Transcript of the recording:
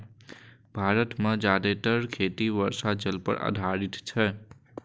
भारत मे जादेतर खेती वर्षा जल पर आधारित छै